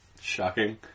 Shocking